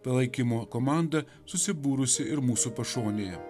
palaikymo komanda susibūrusi ir mūsų pašonėje